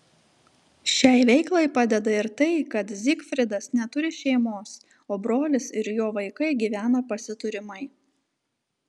šiai veiklai padeda ir tai kad zygfridas neturi šeimos o brolis ir jo vaikai gyvena pasiturimai